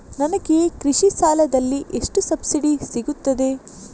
ನನಗೆ ಕೃಷಿ ಸಾಲದಲ್ಲಿ ಎಷ್ಟು ಸಬ್ಸಿಡಿ ಸೀಗುತ್ತದೆ?